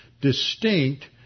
distinct